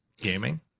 Gaming